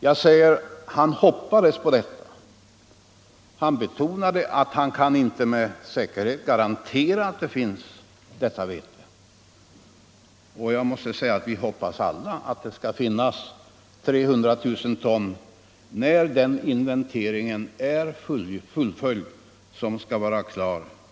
Jag säger att han hoppades på detta — han betonade att han inte med säkerhet kan garantera att vi kommer att ha denna vetemängd. Vi hoppas alla att det skall finnas 300 000 ton när man den 1 april har fullföljt denna inventering.